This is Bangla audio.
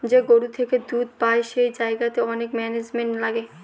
যে গরু থেকে দুধ পাই সেই জায়গাতে অনেক ম্যানেজমেন্ট লাগে